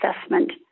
assessment